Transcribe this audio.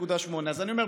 25.8. אז אני אומר,